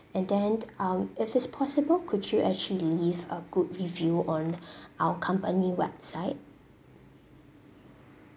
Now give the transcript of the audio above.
and then um if it's possible could you actually leave a good review on our company website